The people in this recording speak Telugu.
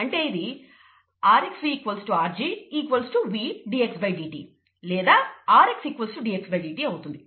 అంటే ఇది rxV rg V dxdt లేదా rx dxdt అవుతుంది